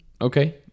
Okay